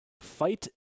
Fight